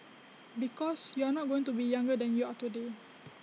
because you are not going to be younger than you are today